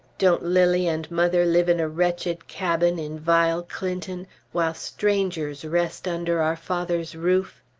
don't lilly and mother live in a wretched cabin in vile clinton while strangers rest under our father's roof?